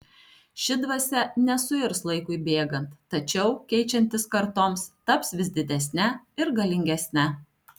ši dvasia nesuirs laikui bėgant tačiau keičiantis kartoms taps vis didesne ir galingesne